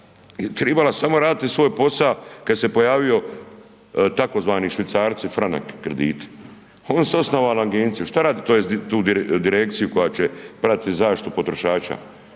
tribala je samo raditi svoj posa kada se pojavio tzv. švicarci franak krediti. Oni su osnovali agenciju, tj. direkciju koja će pratiti zaštitu potrošača.